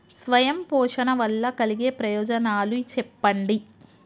స్వయం పోషణ వల్ల కలిగే ప్రయోజనాలు చెప్పండి?